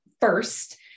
first